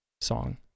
song